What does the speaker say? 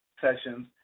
sessions